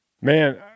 Man